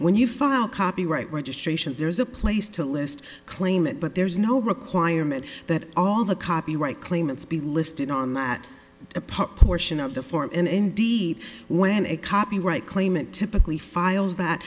when you file copyright registration there is a place to list claimant but there is no requirement that all the copyright claimants be listed on that apart portion of the form and indeed when a copyright claimant typically files that